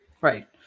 Right